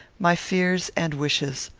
my fears and wishes.